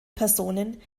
personen